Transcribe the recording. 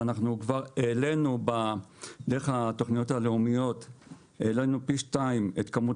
אנחנו כבר העלינו דרך התכניות הלאומיות פי 2 את כמות